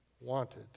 wanted